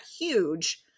huge